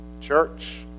church